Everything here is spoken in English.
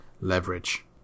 leverage